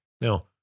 Now